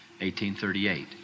1838